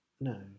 No